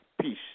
peace